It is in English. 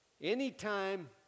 Anytime